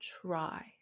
try